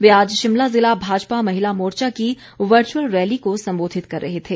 वे आज शिमला जिला भाजपा महिला मोर्चा की वर्चुअल रैली को संबोधित कर रहे थे